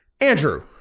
Andrew